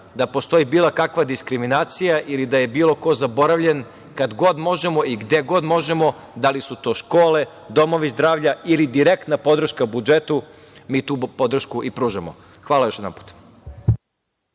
da postoji bilo kakva diskriminacija ili da je bilo ko zaboravljen. Kad god možemo i gde god možemo, da li su to škole, domovi zdravlja ili direktna podrška budžetu, mi tu podršku i pružamo. Hvala još jedanput.